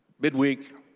midweek